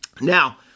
Now